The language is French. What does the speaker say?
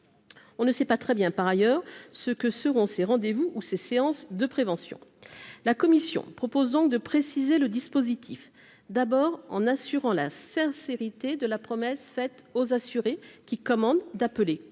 On ne sait pas très bien par ailleurs ce que seront ses rendez-vous ou ces séances de prévention, la Commission proposant de préciser le dispositif d'abord en assurant la sincérité de la promesse faite aux assurés qui commande d'appeler